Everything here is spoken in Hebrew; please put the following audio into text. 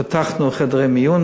פתחנו חדרי מיון,